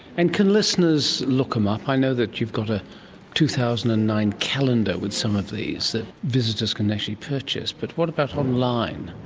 and can listeners look them up? i know that you've got a two thousand and nine calendar with some of these that visitors can actually purchase, but what about online?